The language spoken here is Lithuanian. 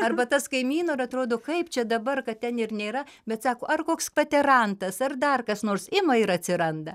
arba tas kaimyno ir atrodo kaip čia dabar kad ten ir nėra bet sako ar koks paterantas ar dar kas nors ima ir atsiranda